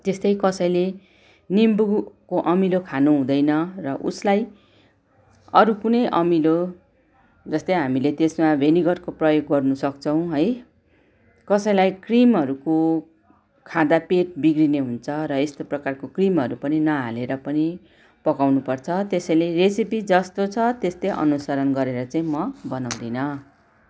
त्यस्तै कसैले निम्बूको अमिलो खानु हुँदैन र उसलाई अरू कुनै अमिलो जस्तै हामीले त्यसमा भेनिगरको प्रयोग गर्नु सक्छौँ है कसैलाई क्रिमहरूको खाँदा पेट बिग्रिने हुन्छ है यस्तो प्रकारको क्रिमहरू पनि नहालेर पनि पकाउनु पर्छ त्यसैले रेसेपी जस्तो छ त्यस्तै अनुशरण गरेर चाहिँ म बनाउँदिनँ